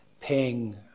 paying